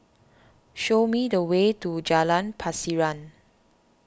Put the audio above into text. show me the way to Jalan Pasiran